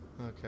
Okay